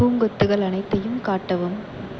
பூங்கொத்துகள் அனைத்தையும் காட்டவும்